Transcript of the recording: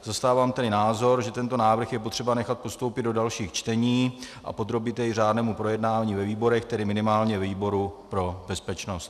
Zastávám tedy názor, že tento návrh je potřeba nechat postoupit do dalších čtení a podrobit jej řádnému projednání ve výborech, tedy minimálně výboru pro bezpečnost.